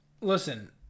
Listen